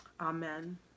Amen